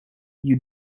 you